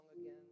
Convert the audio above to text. again